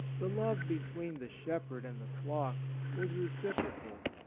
the love between the shepherd and the flock was reciprocal.